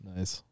Nice